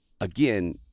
Again